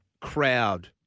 crowd